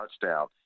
touchdown